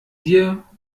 dir